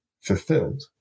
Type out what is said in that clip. fulfilled